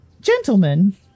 gentlemen